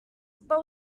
but